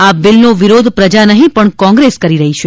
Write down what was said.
આ બિલનો વિરોધ પ્રજા નહીં પણ કોંગ્રેસ કરી રહી છે